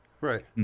Right